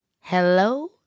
Hello